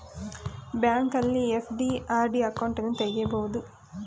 ಬ್ಯಾಂಕಲ್ಲಿ FD, RD ಅಕೌಂಟನ್ನು ತಗಿಬೋದು